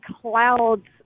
clouds